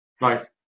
Nice